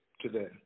today